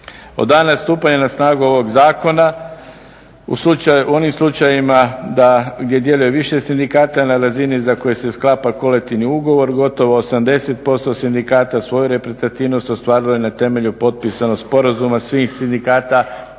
dana stupanja na snagu ovog zakona u onim slučajevima gdje djeluje više sindikata na razini za koje se sklapa kolektivni ugovor gotovo 80% sindikata svoj reprezentativnost ostvarilo je na temelju potpisanog sporazuma svih sindikata